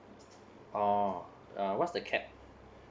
oh what's the cap